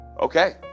okay